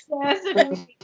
yes